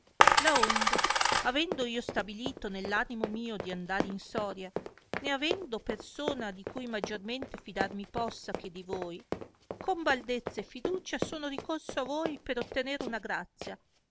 noi laonde avendo io stabilito nell'animo mio di andar in soria né avendo persona di cui maggiormente fidar mi possa che di voi con baldezza e fiducia sono ricorso a voi per ottener una grazia